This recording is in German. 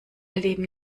leben